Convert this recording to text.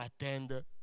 attend